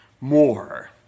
more